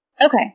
Okay